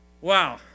Wow